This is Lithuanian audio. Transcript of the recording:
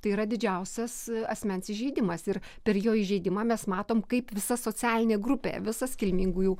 tai yra didžiausias asmens įžeidimas ir per jo įžeidimą mes matom kaip visa socialinė grupė visas kilmingųjų